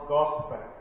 Gospel